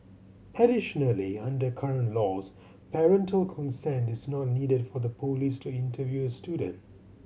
additionally under current laws parental consent is not needed for the police to interview student